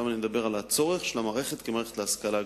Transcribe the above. אני עכשיו מדבר על הצורך של המערכת כמערכת להשכלה גבוהה.